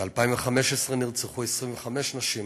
ב-2015 נרצחו 25 נשים,